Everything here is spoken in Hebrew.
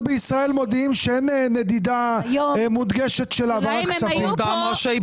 בישראל מודיעים שאין נדידה מודגשת של העברת כספים.